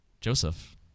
Joseph